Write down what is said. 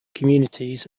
communities